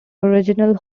original